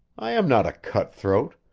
i am not a cut-throat,